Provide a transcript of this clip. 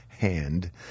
hand